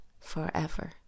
forever